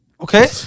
Okay